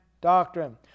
doctrine